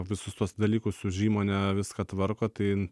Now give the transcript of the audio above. visus tuos dalykus už įmonę viską tvarko tai